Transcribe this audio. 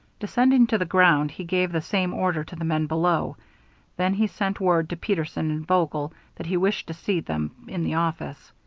descending to the ground, he gave the same order to the men below then he sent word to peterson and vogel that he wished to see them in the office.